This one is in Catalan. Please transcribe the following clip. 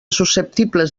susceptibles